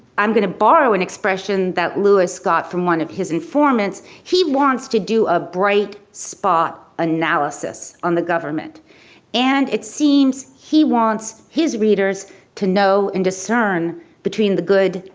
i'm gonna borrow an expression that lewis got from one of his informants. he wants to do a bright spot analysis on the government and it seems he wants his readers to know and discern between the good,